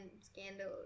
scandal